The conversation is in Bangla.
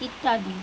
ইত্যাদি